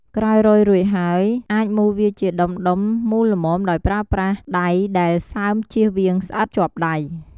ក្រោយរោយរួចយើង អាចមូរវាជាដុំៗមូលល្មមដោយប្រើប្រាស់ដៃដែលសើមជៀសវៀងស្អិតជាប់ដៃរ។